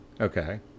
Okay